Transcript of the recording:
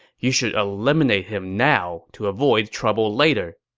you should eliminate him now to avoid trouble later.